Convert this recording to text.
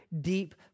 deep